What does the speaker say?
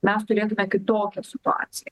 mes turėtume kitokią situaciją